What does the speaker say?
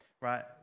right